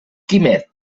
quimet